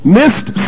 missed